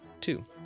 Two